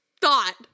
thought